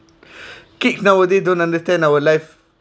kids nowadays don't understand our life